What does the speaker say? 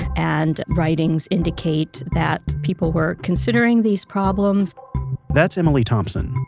and writings indicate that people were considering these problems that's emily thompson.